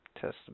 test